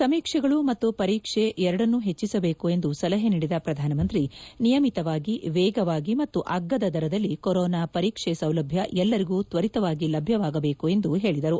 ಸಮೀಕ್ಷೆಗಳು ಮತ್ತು ಪರೀಕ್ಷೆ ಎರಡನ್ನೂ ಹೆಚ್ಚಿಸಬೇಕು ಎಂದು ಸಲಹೆ ನೀಡಿದ ಪ್ರಧಾನಮಂತ್ರಿ ನಿಯಮಿತವಾಗಿ ವೇಗವಾಗಿ ಮತ್ತು ಅಗ್ಗದ ದರದಲ್ಲಿ ಕೊರೊನಾ ಪರೀಕ್ಷಾ ಸೌಲಭ್ಯ ಎಲ್ಲರಿಗೂ ತ್ಸರಿತವಾಗಿ ಲಭ್ಯವಾಗಬೇಕು ಎಂದು ಹೇಳಿದರು